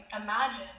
imagine